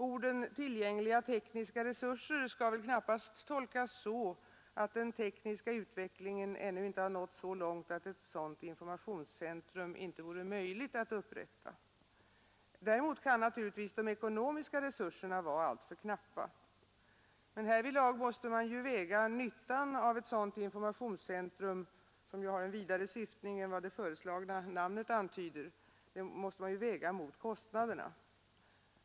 Orden ”tillgängliga tekniska resurser” skall väl knappast tolkas så att den tekniska utvecklingen ännu inte nått så långt att ett sådant informationscentrum vore möjligt att upprätta. Däremot kan naturligtvis de ekonomiska resurserna vara alltför knappa. Men härvidlag måste nyttan av ett sådant informationscentrum, som ju har en vidare syftning än vad det föreslagna namnet antyder, vägas mot kostnaderna.